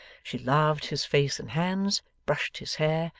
she laved his face and hands, brushed his hair,